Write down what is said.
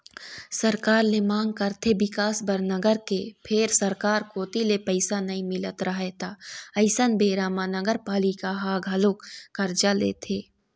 सरकार ले मांग करथे बिकास बर नगर के फेर सरकार कोती ले पइसा नइ मिलत रहय त अइसन बेरा म नगरपालिका ह घलोक करजा लेथे